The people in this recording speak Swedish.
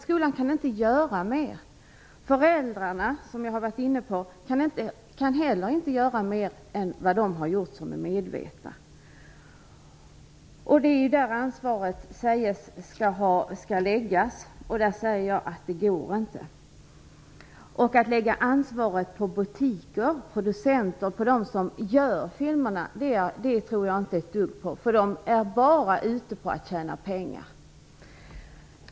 Skolan kan inte göra mer. Föräldrarna kan heller inte, som jag tidigare har varit inne på, göra mer än vad de som är medvetna har gjort. Det är där ansvaret skall läggas sägs det. Jag menar att det inte går. Att lägga ansvaret på butiker, producenter och de som gör filmerna tror jag inte ett dugg på. De är bara ute efter att tjäna pengar.